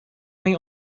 may